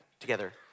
together